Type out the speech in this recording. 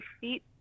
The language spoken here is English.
feet